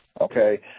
Okay